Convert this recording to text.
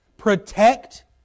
protect